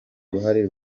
uruhare